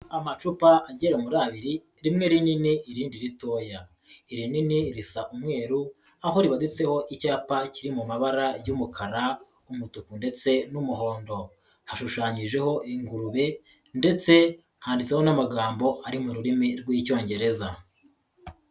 Amacupa agera muri abiri, rimwe rinini irindi ritoya. Irinini risa umweru aho ribaditseho icyapa kiri mu mabara y'umukara, umutuku ndetse n'umuhondo. Hashushanyijeho ingurube ndetse handitseho n'amagambo ari mu rurimi rw'Icyongereza.